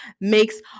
makes